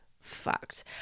fucked